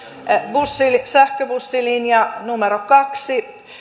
sähköbussilinja numero kahden